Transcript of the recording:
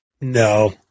No